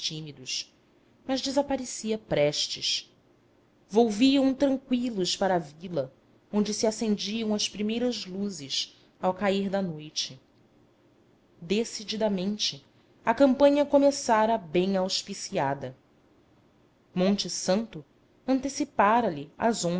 tímidos mas desaparecia prestes volviam tranqüilos para a vila onde se acendiam as primeiras luzes ao cair da noite decididamente a campanha começara bem auspiciada monte santo antecipara lhe as